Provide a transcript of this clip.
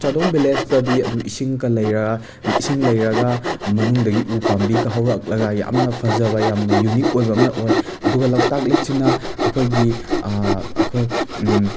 ꯆꯥꯗꯣꯡ ꯚꯤꯂꯦꯁꯇꯗꯤ ꯑꯗꯨ ꯏꯁꯤꯡꯀ ꯂꯩꯔꯒ ꯏꯁꯤꯡ ꯂꯩꯔꯒ ꯃꯅꯨꯡꯗꯒꯤ ꯎ ꯄꯥꯝꯕꯤꯒ ꯍꯧꯔꯛꯂꯒ ꯌꯥꯝꯅ ꯐꯖꯕ ꯌꯥꯝꯅ ꯌꯨꯅꯤꯛ ꯑꯣꯏꯕ ꯑꯃ ꯑꯣꯏ ꯑꯗꯨꯒ ꯂꯣꯛꯇꯥꯛ ꯂꯦꯛꯁꯤꯅ ꯑꯩꯈꯣꯏꯒꯤ ꯑꯩꯈꯣꯏ